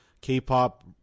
K-pop